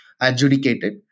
adjudicated